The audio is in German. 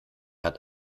hat